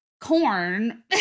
corn